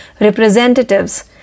Representatives